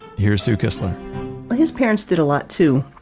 here's sue kistler his parents did a lot too,